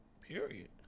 Period